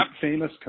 famous